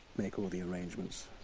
make all the arrangements.